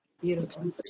Beautiful